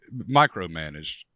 micromanaged